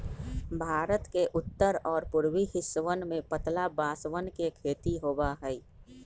भारत के उत्तर और पूर्वी हिस्सवन में पतला बांसवन के खेती होबा हई